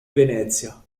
venezia